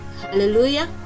hallelujah